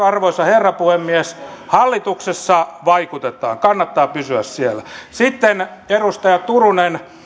arvoisa herra puhemies hallituksessa vaikutetaan kannattaa pysyä siellä sitten edustaja turunen